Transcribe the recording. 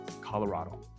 Colorado